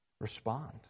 respond